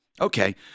Okay